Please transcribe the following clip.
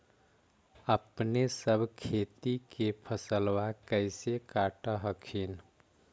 अपने सब खेती के फसलबा कैसे काट हखिन?